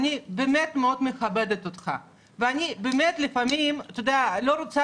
אני באמת מאוד מכבדת אותך ואני באמת לפעמים לא רוצה